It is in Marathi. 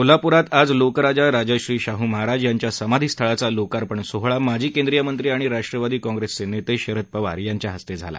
कोल्हापूरात आज लोकराजा राजर्षी शाहू महाराज यांच्या समाधीस्थळाचा लोकार्पण सोहळा माजी केंद्रीय मंत्री आणि राष्ट्रवादी काँप्रेसचे नेते शरद पवार यांच्या हस्ते झाला